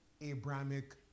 Abrahamic